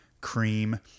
cream